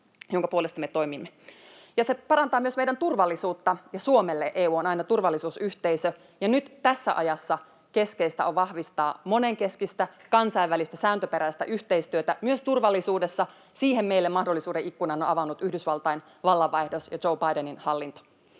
jonka puolesta me toimimme. Ja se parantaa myös meidän turvallisuutta, ja Suomelle EU on aina turvallisuusyhteisö. Ja nyt tässä ajassa keskeistä on vahvistaa monenkeskistä kansainvälistä sääntöperäistä yhteistyötä myös turvallisuudessa. Siihen meille mahdollisuuden ikkunan ovat avanneet Yhdysvaltain vallanvaihdos ja Joe Bidenin hallinto.